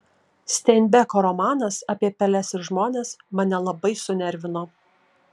steinbeko romanas apie peles ir žmones mane labai sunervino